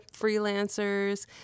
freelancers